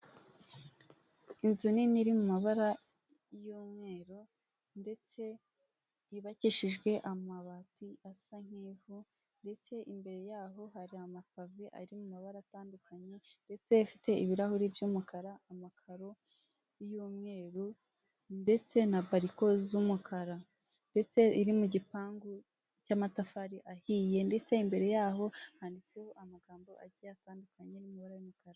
Inzu nini iri mu mabara y'umweru ndetse yubakishijwe amabati asa nk'ivu ndetse imbere yaho hari amapave ari mu mabara atandukanye ndetse ifite ibirahuri by'umukara, amakaro y'umweru ndetse na bariko z'umukara, ndetse iri mu gipangu cy'amatafari ahiye ndetse imbere yaho handitseho amagambo agiye atandukanye mu ibara ry'umukara.